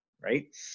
right